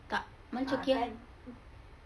tak mana cuki